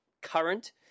current